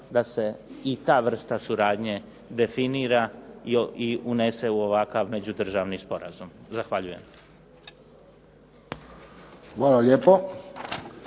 da se i ta vrsta suradnje definira i unese u ovakav međudržavni sporazum. Zahvaljujem. **Friščić,